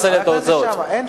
ודאי בני-אדם,